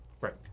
Right